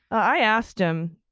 i asked him,